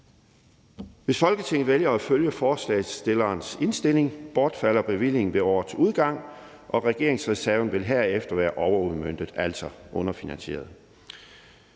Hvis Folketinget vælger at følge forslagsstillernes indstilling, bortfalder bevillingen ved årets udgang, og regeringsreserven vil herefter være overudmøntet, altså underfinansieret.